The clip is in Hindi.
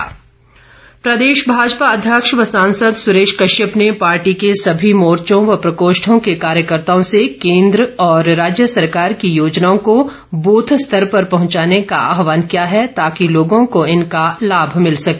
भाजपा बैठक प्रदेश भाजपा अध्यक्ष व सांसद सुरेश कश्यप ने पार्टी के सभी मोर्चों व प्रकोष्ठों के कार्यकर्ताओं से केन्द्र और राज्य सरकार की योजनाओं को बूथ स्तर तक पहुंचाने का आहवान किया है ताकि लोगों को इनका लाम मिल सके